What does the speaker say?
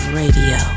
radio